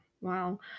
wow